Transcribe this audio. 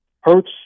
Hurts